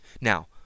Now